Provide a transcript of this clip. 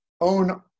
own